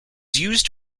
used